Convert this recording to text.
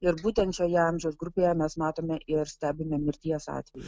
ir būtent šioje amžiaus grupėje mes matome ir stebime mirties atvejų